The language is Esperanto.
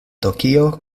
tokio